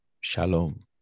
Shalom